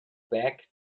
back